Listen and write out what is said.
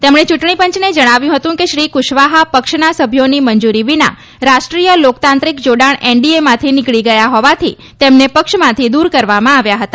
તેમણે ચુંટણી પંચને જણાવ્યું હતું કે શ્રી કુશવાહા પક્ષના સભ્યોની મંજુરી વિના રાષ્ટ્રીય લોકતાંત્રિક જોડાણ એનડીએમાંથી નીકળી ગયા હોવાથી તેમને પક્ષમાંથી દ્દર કરવામાં આવ્યા હતા